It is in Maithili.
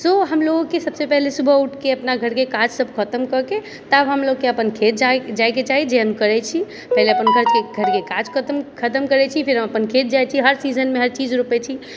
सो हमलोगोको सबसँ पहिले सुबह ऊठके अपना घरके काज सब खतम कऽ के तब हमलोगोको अपन खेत जाएके चाही जेहन करै छी पहिले अपन घरके काज खतम करै छी फेर हम अपन खेत जाइ छी हर सीजनमे हर चीज रोपै छी